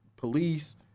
Police